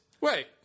Wait